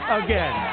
again